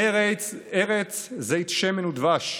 ארץ זית שמן ודבש.